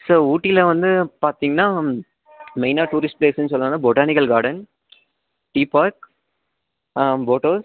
sir ஊட்டியில் வந்து பார்த்திங்கன்னா மெயினா டூரிஸ்ட் பிளேஸன்னு சொல்லாங்கா botanical garden tea park boathouse